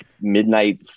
Midnight